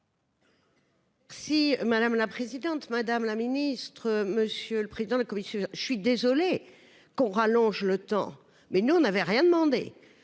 Si madame la présidente, madame la ministre, monsieur le président de la commission, je suis désolée qu'on rallonge le temps mais nous on avait rien demandé,